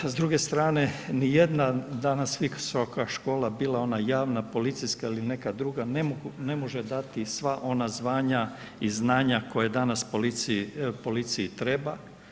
S druge strane ni jedna danas visoka škola bila ona javna policijska ili neka druga ne može dati sva ona zvanja i znanja koja danas policiji treba.